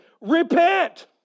repent